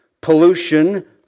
Pollution